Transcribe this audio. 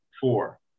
Four